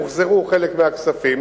הוחזרו חלק מהכספים.